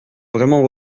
vraiment